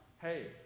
Hey